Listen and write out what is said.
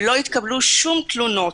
ולא התקבלו שום תלונות.